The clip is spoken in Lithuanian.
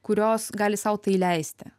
kurios gali sau tai leisti